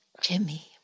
Jimmy